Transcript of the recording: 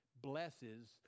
blesses